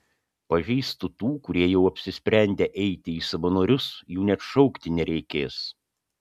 pažįstu tų kurie jau apsisprendę eiti į savanorius jų net šaukti nereikės